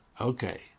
okay